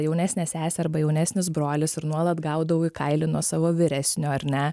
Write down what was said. jaunesnė sesė arba jaunesnis brolis ir nuolat gaudavau į kailį nuo savo vyresnio ar ne